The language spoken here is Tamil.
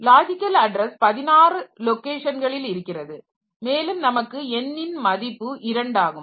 லாஜிக்கல் அட்ரஸ் 16 லொகேஷன்களில் இருக்கிறது மேலும் நமக்கு n ன் மதிப்பு இரண்டாகும்